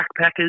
backpackers